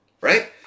right